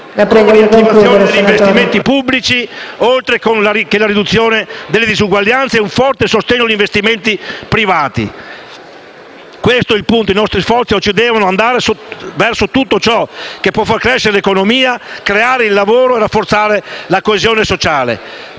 con la riattivazione degli investimenti pubblici, oltre alla riduzione delle disuguaglianze, nonché agli investimenti privati. Questo è il punto: i nostri sforzi oggi devono andare verso tutto ciò che può far crescere l'economia, creare il lavoro e rafforzare la coesione sociale.